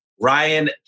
Ryan